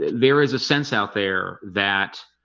there is a sense out there that